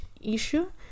issue